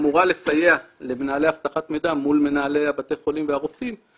אירועים או שימושים לא תקינים במידע או ברשת הארגונים.